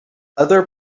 other